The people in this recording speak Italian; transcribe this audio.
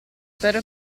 spero